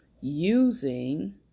using